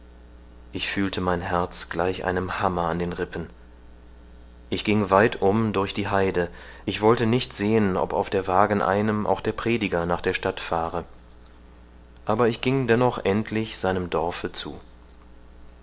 ich fühlte mein herz gleich einem hammer an den rippen ich ging weit um durch die heide ich wollte nicht sehen ob auf der wagen einem auch der prediger nach der stadt fahre aber ich ging dennoch endlich seinem dorfe zu